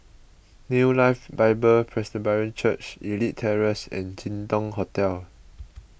New Life Bible Presbyterian Church Elite Terrace and Jin Dong Hotel